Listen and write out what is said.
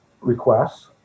requests